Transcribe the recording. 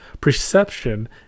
perception